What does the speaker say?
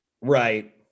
right